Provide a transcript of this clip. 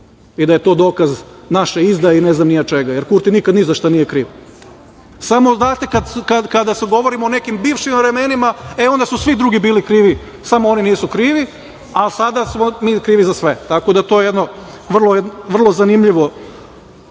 i da je to dokaz naše izdaje i ne znam ni ja čega, jer Kurti nikada ni za šta nije kriv. Samo, znate, kada se govori o nekim bivšim vremenima, e onda su svi drugi bili krivi, samo oni nisu krivi, a sada smo mi svi krivi za sve, tako da je to vrlo zanimljivo